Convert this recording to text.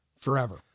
Forever